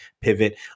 pivot